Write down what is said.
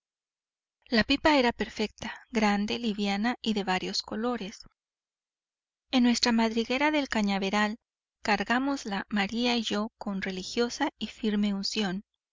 la pipa era perfecta grande liviana y de varios colores en nuestra madriguera del cañaveral cargámosla maría y yo con religiosa y firme unción